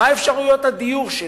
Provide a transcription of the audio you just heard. מה אפשרויות הדיור שלי,